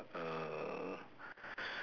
uh